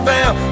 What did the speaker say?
Bell